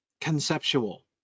conceptual